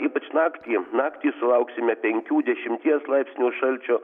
ypač naktį naktį sulauksime penkių dešimties laipsnių šalčio